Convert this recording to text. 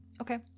Okay